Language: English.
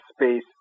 space